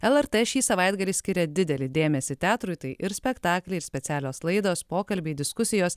lrt šį savaitgalį skiria didelį dėmesį teatrui tai ir spektakliai specialios laidos pokalbiai diskusijos